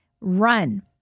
run